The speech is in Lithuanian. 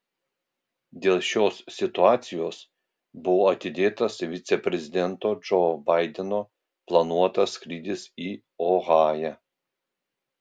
dėl šios situacijos buvo atidėtas viceprezidento džo baideno planuotas skrydis į ohają